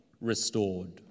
restored